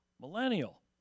millennial